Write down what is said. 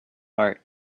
heart